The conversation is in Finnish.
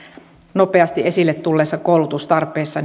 nopeasti esille tulleissa koulutustarpeissa